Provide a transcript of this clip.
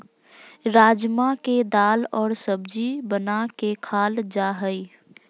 राजमा के दाल और सब्जी बना के खाल जा हइ